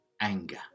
anger